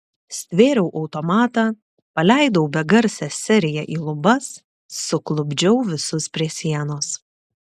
stvėriau automatą paleidau begarsę seriją į lubas suklupdžiau visus prie sienos